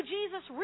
Jesus